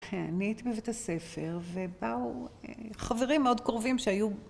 אני הייתי בבית הספר ובאו חברים מאוד קרובים שהיו